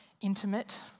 intimate